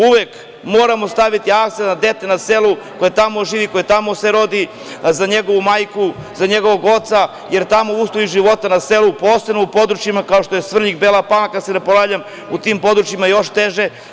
Uvek moramo staviti akcenat dete na selu, koje tamo živi, koje se tamo rodi, za njegovu majku, za njegovog oca, jer tamo uslovi života na selu, posebno u područjima kao što je Svrljig, Bela Palanka, da se ne ponavljam, u tim područjima je još teže.